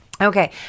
Okay